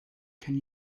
can